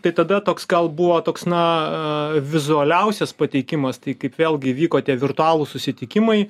tai tada toks gal buvo toks na vizualiausias pateikimas tai kaip vėlgi vyko tie virtualūs susitikimai